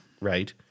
Right